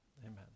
Amen